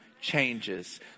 changes